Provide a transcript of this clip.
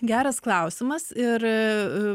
geras klausimas ir